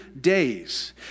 days